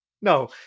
No